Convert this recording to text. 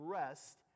rest